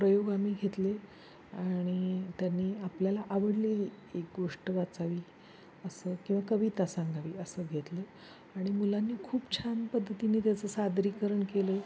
प्रयोग आम्ही घेतले आणि त्यांनी आपल्याला आवडलेली एक गोष्ट वाचावी असं किंवा कविता सांगावी असं घेतलं आणि मुलांनी खूप छान पद्धतीने त्याचं सादरीकरण केलं